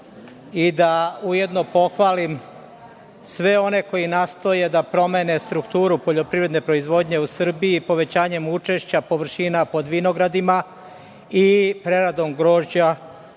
i da ujedno pohvalim sve one koji nastoje da promene strukturu poljoprivredne proizvodnje u Srbiji, povećanjem učešća površina pod vinogradima i preradom grožđa